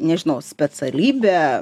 nežinau specialybė